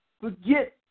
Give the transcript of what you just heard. forget